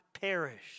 perish